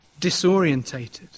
disorientated